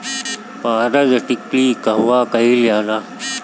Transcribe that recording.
पारद टिक्णी कहवा कयील जाला?